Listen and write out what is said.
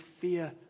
fear